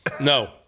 No